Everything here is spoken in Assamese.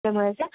হয়